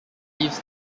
leaves